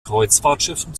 kreuzfahrtschiffen